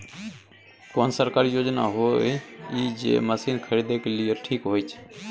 कोन सरकारी योजना होय इ जे मसीन खरीदे के लिए ठीक होय छै?